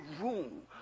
room